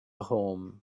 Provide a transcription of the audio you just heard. home